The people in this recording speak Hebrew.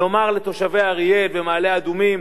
נאמר לתושבי אריאל ומעלה-אדומים: